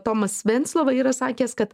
tomas venclova yra sakęs kad